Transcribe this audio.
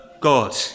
God